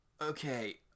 Okay